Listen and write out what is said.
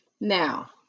Now